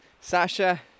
Sasha